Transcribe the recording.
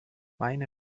meine